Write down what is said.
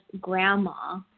grandma